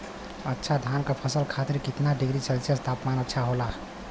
अच्छा धान क फसल के खातीर कितना डिग्री सेल्सीयस तापमान अच्छा होला?